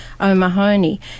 O'Mahony